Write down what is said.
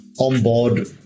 onboard